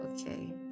okay